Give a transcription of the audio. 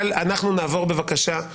נעבור בבקשה,